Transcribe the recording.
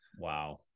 Wow